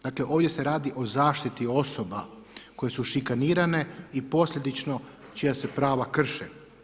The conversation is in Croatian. Dakle, ovdje se radi o zaštiti osoba koje su šikanirane i posljedično čija se prava krše.